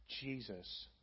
Jesus